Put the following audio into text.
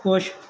ਖੁਸ਼